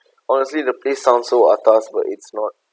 honestly the place sound so atas but it's not